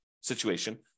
situation